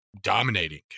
dominating